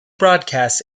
broadcasts